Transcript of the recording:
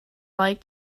like